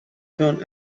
tone